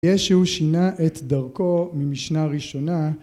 יש שהוא שינה את דרכו ממשנה ראשונה